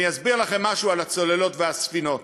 אני אסביר לכם משהו על הצוללות והספינות.